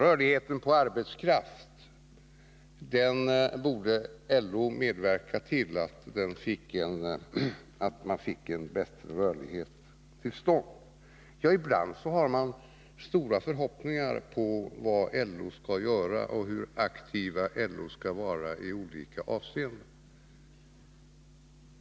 Det sades också att LO borde medverka till att man fick till stånd en större rörlighet i fråga om arbetskraften. Ibland har man stora förhoppningar på vad LO skall göra och på hur aktiv LO skall vara i olika avseenden.